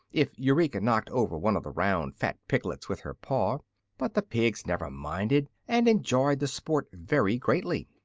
if eureka knocked over one of the round, fat piglets with her paw but the pigs never minded, and enjoyed the sport very greatly.